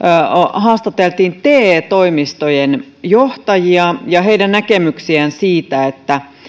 haastateltiin te toimistojen johtajia ja kysyttiin heidän näkemyksiään siitä